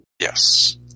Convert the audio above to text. Yes